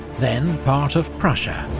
then part of prussia.